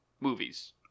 movies